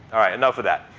all right, enough of that.